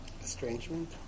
Estrangement